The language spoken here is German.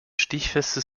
stichfestes